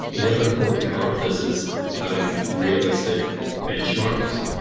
the other important part of this is having realistic benchmarks.